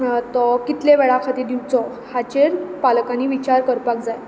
तो कितले वेळा खातीर दिवचो हाचेर पालकानी विचार करपाक जाय